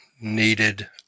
needed